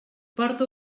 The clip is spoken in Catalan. porta